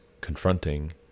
confronting